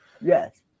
Yes